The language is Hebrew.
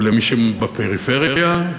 ולמי שבפריפריה,